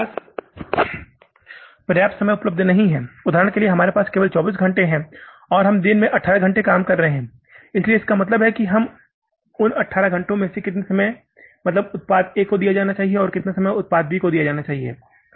हमारे पास पर्याप्त समय उपलब्ध नहीं है उदाहरण के लिए हमारे पास केवल 24 घंटे हैं और हम दिन में 18 घंटे काम कर रहे हैं इसलिए इसका मतलब है कि उन 18 घंटों में कितने समय का मतलब उत्पाद ए को दिया जाना चाहिए और कितना उस समय को उत्पाद B को दिया जाना चाहिए